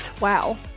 wow